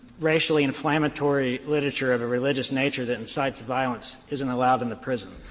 racially inflammatory literature of a religious nature that incites violence isn't allowed in the prison.